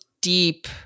deep